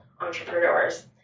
entrepreneurs